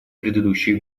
предыдущие